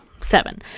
seven